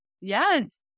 Yes